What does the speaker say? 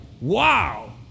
wow